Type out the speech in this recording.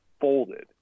folded